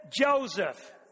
Joseph